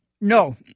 No